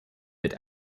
bit